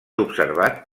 observat